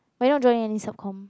but you want join any subcomm